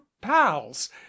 pals